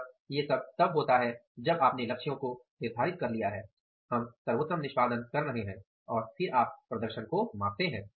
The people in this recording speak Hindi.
अतः ये सब तब होता है जब आपने लक्ष्यों को निर्धारित कर लिया है हम सर्वोत्तम निष्पादन कर रहे हैं और फिर आप प्रदर्शन को मापते हैं